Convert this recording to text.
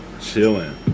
chilling